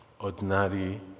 ordinary